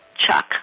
Chuck